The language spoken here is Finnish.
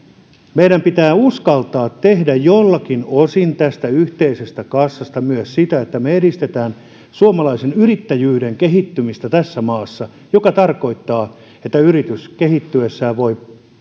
meidän pitää uskaltaa tehdä joiltakin osin tästä yhteisestä kassasta myös sitä että me edistämme suomalaisen yrittäjyyden kehittymistä tässä maassa mikä tarkoittaa että yritys kehittyessään voi